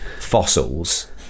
fossils